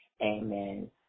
Amen